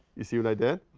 you see what i did?